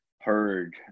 heard